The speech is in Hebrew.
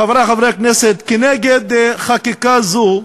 חברי חברי הכנסת, נגד חקיקה זו,